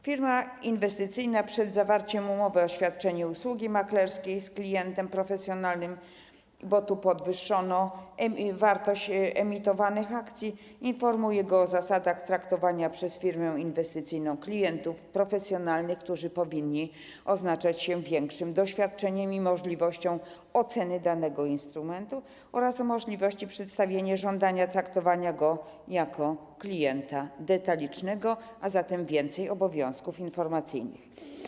Firma inwestycyjna przed zawarciem umowy o świadczenie usługi maklerskiej z klientem profesjonalnym - bo tu podwyższono wartość emitowanych akcji - informuje go o zasadach traktowania przez firmę inwestycyjną klientów profesjonalnych, którzy powinni odznaczać się większym doświadczeniem i możliwością oceny danego instrumentu, oraz o możliwości przedstawienia żądania traktowania go jak klienta detalicznego, a zatem - więcej obowiązków informacyjnych.